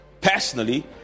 personally